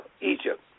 Egypt